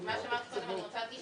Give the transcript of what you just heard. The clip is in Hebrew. מה שאמרתי קודם אני רוצה להדגיש,